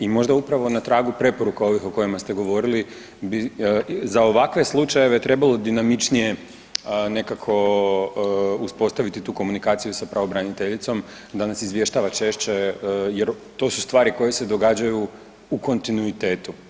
I možda upravo na tragu preporuka ovih o kojima ste govorili za ovakve slučajeve trebalo dinamičnije nekako uspostaviti tu komunikaciju sa pravobraniteljicom da nas izvještava češće jer to su stvari koje se događaju u kontinuitetu.